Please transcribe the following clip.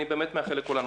אני באמת מאחל הצלחה.